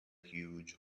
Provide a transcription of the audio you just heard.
huge